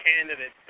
candidates